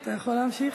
אתה יכול להמשיך?